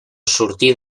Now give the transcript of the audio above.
sortir